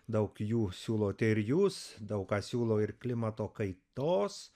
daug jų siūlote ir jūs daug ką siūlo ir klimato kaitos